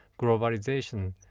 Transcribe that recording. globalization